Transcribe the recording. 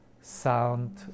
sound